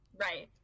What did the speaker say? right